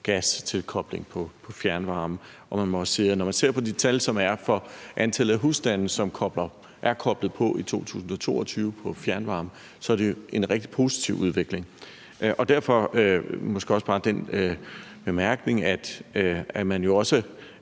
gas og tilkobling til fjernvarme, og man må også sige, at når man ser på det tal, som er, for antallet af husstande, som er koblet til fjernvarme i 2022, er det en rigtig positiv udvikling. Derfor har jeg måske også bare den bemærkning, at man jo også